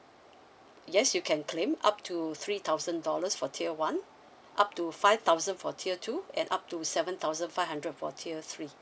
yes you can claim up to three thousand dollars for tier one up to five thousand for tier two and up to seven thousand five hundred for tier three